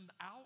out